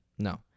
No